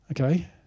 Okay